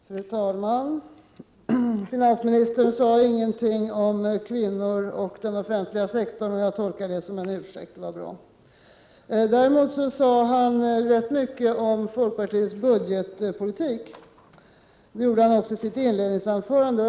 Fru talman! Finansministern sade ingenting om kvinnor och den offentliga sektorn. Det var bra, och jag tolkar det som en ursäkt. Däremot sade han liksom i sitt inledningsanförande rätt mycket om folkpartiets budgetpolitik.